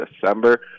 December